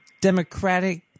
democratic